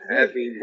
Happy